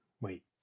wait